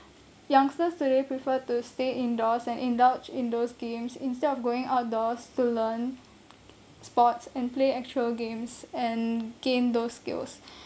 youngsters today prefer to stay indoors and indulge in those games instead of going outdoors to learn sports and play actual games and gain those skills